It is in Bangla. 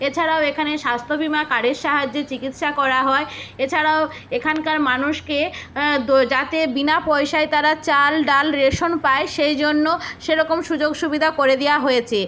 এছাড়াও এখানে স্বাস্থ্য বিমাকারের সাহায্যে চিকিৎসা করা হয় এছাড়াও এখানকার মানুষকে যাতে বিনা পয়সায় তারা চাল ডাল রেশন পায় সেই জন্য সেরকম সুযোগ সুবিধা করে দেওয়া হয়েছে